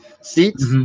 seats